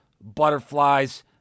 butterflies